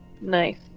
Nice